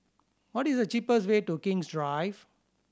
what is the cheapest way to King's Drive